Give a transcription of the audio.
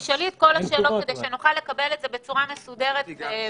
תשאלי את כל השאלות כדי שנוכל לקבל תשובות בצורה מסודרת ולהתקדם.